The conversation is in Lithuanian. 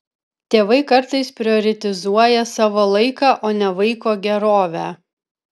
tėvai kartais prioritizuoja savo laiką o ne vaiko gerovę